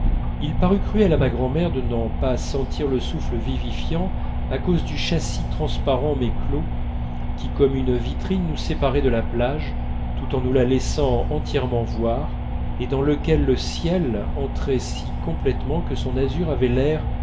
il parut cruel à ma grand'mère de n'en pas sentir le souffle vivifiant à cause du châssis transparent mais clos qui comme une vitrine nous séparait de la plage tout en nous la laissant entièrement voir et dans lequel le ciel entrait si complètement que son azur avait l'air